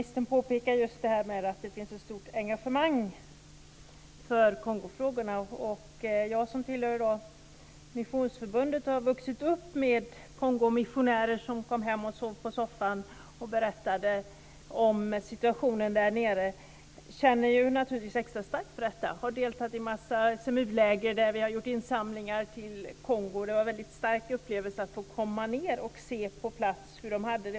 Herr talman! Ministern påpekade att det finns ett stort engagemang för Kongofrågorna. Jag som tillhör Missionsförbundet har vuxit upp med Kongomissionärer som kom hem och sov på soffan och berättade om situationen där nere. Därför känner jag naturligtvis extra starkt för detta. Jag har deltagit i en massa SMU-läger där vi gjorde insamlingar till Kongo. Det var en väldigt stark upplevelse att få komma ned och på plats se hur de hade det.